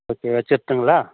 okay வச்சிரட்டுங்களா